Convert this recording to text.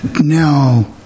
now